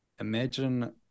imagine